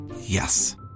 Yes